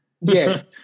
Yes